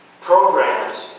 programs